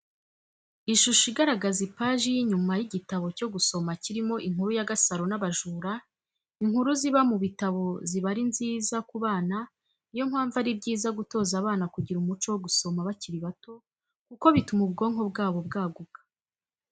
Ishusho igaragaza ipaji y'inyuma y'igitabo cyo gusama kirimo inkuru ya Gasaro n'abajura, inkuru ziba mu bitabo ziba ari nziza ku bana, ni yo mpamvu ari byiza gutoza abana kugira umuco wo gusoma bakiri bato kuko bituma ubwonko bwabo bwaguka.